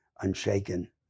unshaken